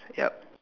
ya